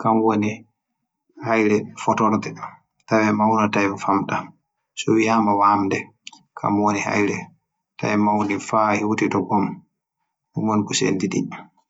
kam woni hayle nde tekka sanne nden towaaɗo sanne. So wiya am wamde halli to hollu ɗum sanne e tekkuɗe sanne. Woodi cede ha kunu ku sene ɗum fuu ɗon wontini seneega kotoye fuu woodi innɗe muuɗum nyoileeɗe.